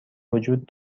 وجود